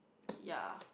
ya